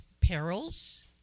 perils